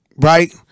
right